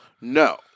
No